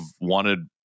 wanted